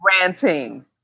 Ranting